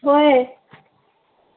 ꯍꯣꯏ